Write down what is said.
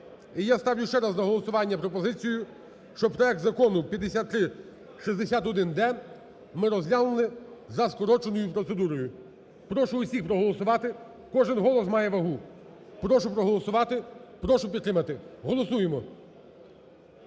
І я ставлю ще раз на голосування пропозицію, щоб проект Закону 5361-д ми розглянули за скороченою процедурою. Прошу усіх проголосувати, кожен голос має вагу. Прошу проголосувати, прошу підтримати. Голосуємо!